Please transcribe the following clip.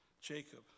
Jacob